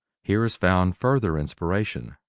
here is found further inspiration,